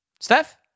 Steph